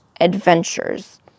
adventures